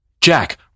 Jack